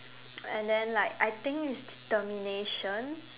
and then like I think with determination